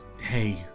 hey